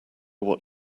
what